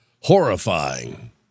horrifying